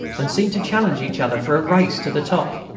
and seemed to challenge each other for a race to the top.